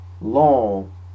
long